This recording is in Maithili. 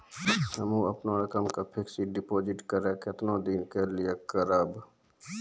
हम्मे अपन रकम के फिक्स्ड डिपोजिट करबऽ केतना दिन के लिए करबऽ?